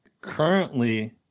Currently